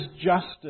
justice